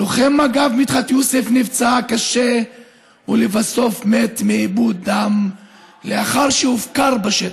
לוחם מג"ב מדחת יוסף נפצע קשה ולבסוף מת מאיבוד דם לאחר שהופקר בשטח.